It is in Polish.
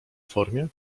formie